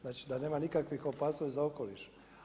Znači da nema nikakvih opasnosti za okoliš.